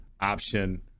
option